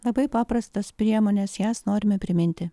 labai paprastos priemonės jas norime priminti